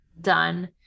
Done